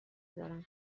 دارم